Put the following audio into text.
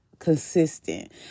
consistent